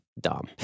dumb